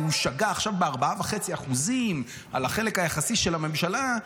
הוא שגה עכשיו ב-4.5% על החלק היחסי של הממשלה.